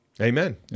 Amen